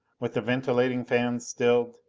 with the ventilating fans stilled,